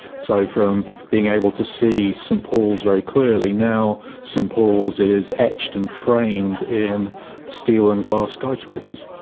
so from being able to see st paul's very clearly, now st paul's is etched and framed in steel and glass skyscrapers.